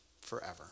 forever